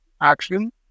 action